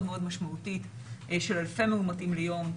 מאוד משמעותית של אלפי מאומתים ליום,